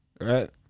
right